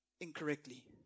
incorrectly